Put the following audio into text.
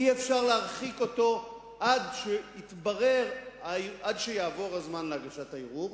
אי-אפשר להרחיק אותו עד שיעבור הזמן להגשת הערעור.